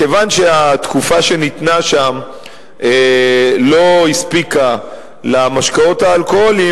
כיוון שהתקופה שניתנה שם לא הספיקה למשקאות האלכוהוליים,